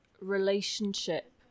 relationship